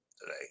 today